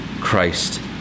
Christ